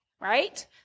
right